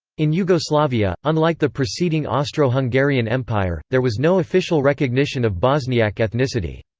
in yugoslavia, unlike the preceding austro-hungarian empire, there was no official recognition of bosniak ethnicity.